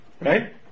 right